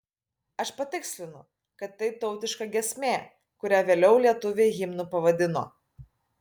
aš patikslinu kad tai tautiška giesmė kurią vėliau lietuviai himnu pavadino